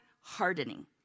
hardening